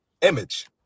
image